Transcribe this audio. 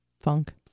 funk